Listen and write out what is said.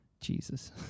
Jesus